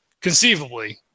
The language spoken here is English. conceivably